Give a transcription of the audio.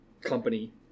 company